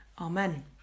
Amen